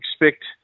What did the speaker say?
expect